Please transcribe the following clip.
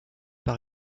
par